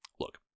look